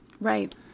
Right